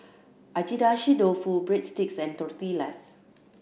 Agedashi Dofu Breadsticks and Tortillas